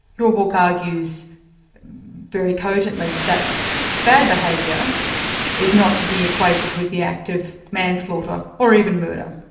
your book argues very cogently, that bad behaviour is not to be equated with the act of manslaughter, or even murder.